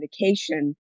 medication